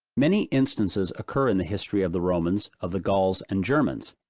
many instances occur in the history of the romans of the gauls and germans,